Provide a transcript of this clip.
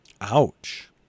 Ouch